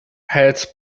heads